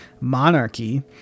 monarchy